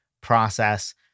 process